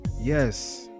Yes